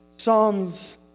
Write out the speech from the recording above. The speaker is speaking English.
Psalms